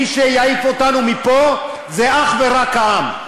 מי שיעיף אותנו מפה זה אך ורק העם,